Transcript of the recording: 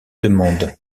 demande